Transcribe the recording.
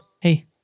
Hey